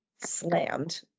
slammed